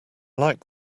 like